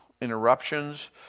interruptions